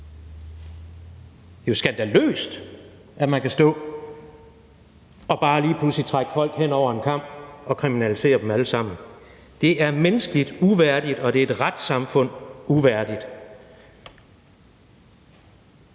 Det er jo skandaløst, at man kan stå og bare lige pludselig skære folk over en kam og kriminalisere dem alle sammen. Det er menneskeligt uværdigt, og det er et retssamfund uværdigt.